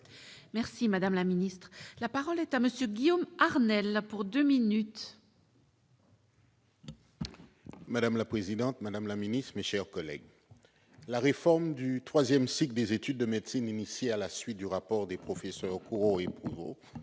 qui permet la régionalisation. La parole est à M. Guillaume Arnell, pour deux minutes. Madame la présidente, madame la ministre, mes chers collègues, la réforme du troisième cycle des études de médecine, initiée à la suite du rapport des professeurs François Couraud